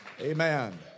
Amen